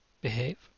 behave